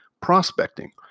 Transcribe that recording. prospecting